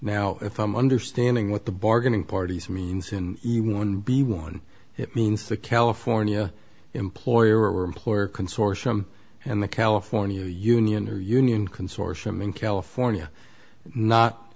now if i'm understanding what the bargaining parties means in the one b one it means the california employer or employer consortium and the california union or union consortium in california not